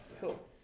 cool